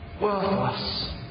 worthless